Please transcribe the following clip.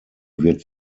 wird